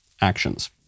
actions